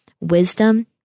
wisdom